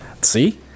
See